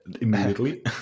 immediately